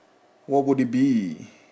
what would it be